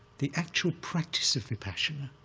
the actual practice of vipassana